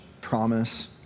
promise